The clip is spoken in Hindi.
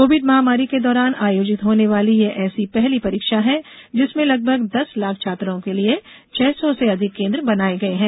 कोविड महामारी के दौरान आयोजित होने वाली यह ऐसी पहली परीक्षा है जिसमें लगभग दस लाख छात्रों के लिए छह सौ से अधिक केंद्र बनाये गये हैं